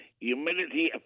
Humidity